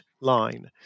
line